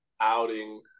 outing